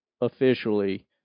officially